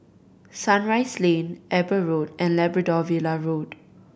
Sunrise Lane Eber Road and Labrador Villa Road